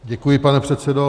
Děkuji, pane předsedo.